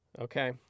Okay